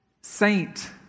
saint